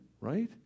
right